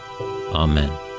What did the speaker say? amen